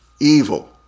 evil